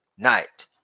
night